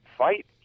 fight